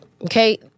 Okay